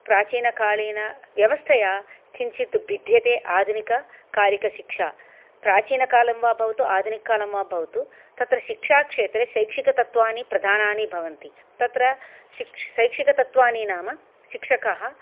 प्राचीनकालीनव्यवस्थया किञ्चित् भिद्यते आधुनिककालिकशिक्षा प्राचीनकालं वा भवतु आधुनिककालं वा भवतु शिक्षाक्षेत्रे सैक्षिकतत्वानि प्रदानानि भवन्ति तत्र सिक्षा शैक्षिकतत्वानि नाम शिक्षकाः